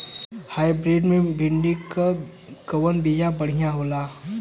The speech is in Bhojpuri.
हाइब्रिड मे भिंडी क कवन बिया बढ़ियां होला?